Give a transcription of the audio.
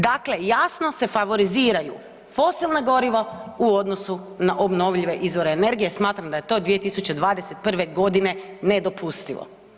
Dakle, jasno se favoriziraju fosilna goriva u odnosu na obnovljive izvore energije, smatram da je to 2021. g. nedopustivo.